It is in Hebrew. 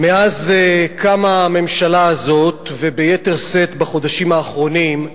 מאז קמה הממשלה הזאת, וביתר שאת בחודשים האחרונים,